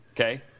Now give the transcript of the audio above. Okay